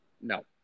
No